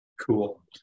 cool